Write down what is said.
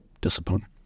discipline